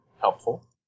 helpful